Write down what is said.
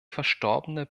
verstorbene